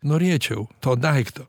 norėčiau to daikto